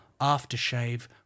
aftershave